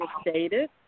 stated